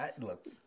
look